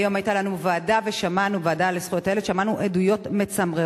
היום היתה לנו ישיבה של הוועדה לזכויות הילד ושמענו עדויות מצמררות.